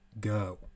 go